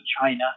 China